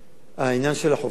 העניין של החופים,